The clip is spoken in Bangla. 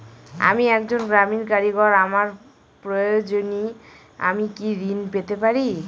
আমি একজন গ্রামীণ কারিগর আমার প্রয়োজনৃ আমি কি ঋণ পেতে পারি?